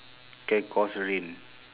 can cause rain